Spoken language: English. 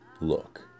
look